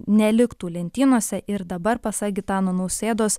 neliktų lentynose ir dabar pasak gitano nausėdos